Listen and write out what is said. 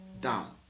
down